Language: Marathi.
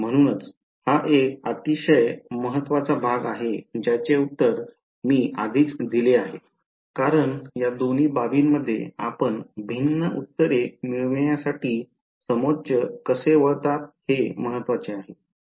म्हणूनच हा एक अतिशय महत्वाचा भाग आहे ज्याचे उत्तर मी आधीच दिले आहे कारण या दोन्ही बाबींमध्ये आपण भिन्न उत्तरे मिळविण्यासाठी समोच्च कसे वळता हे महत्त्वाचे आहे